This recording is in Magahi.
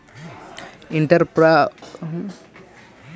एंटरप्रेन्योरशिप के कई प्रकार होवऽ हई